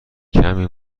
کمی